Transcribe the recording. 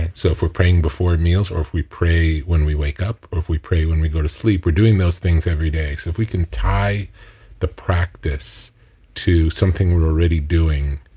so if we're praying before meals or if we pray when we wake up or if we pray when we go to sleep, we're doing those things every day. so if we can tie the practice to something we're already doing,